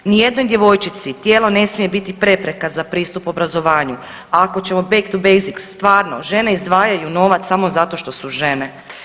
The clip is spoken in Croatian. Ni jednoj djevojčici tijelo ne smije biti prepreka za pristup obrazovanju ako ćemo back to basic stvarno žene izdvajaju novac samo zato što su žene.